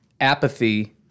apathy